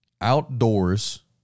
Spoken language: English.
outdoors